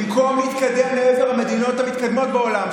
במקום להתקדם לעבר המדינות המתקדמות בעולם,